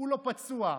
כולו פצוע.